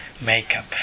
makeup